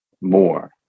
more